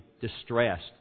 distressed